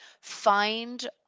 find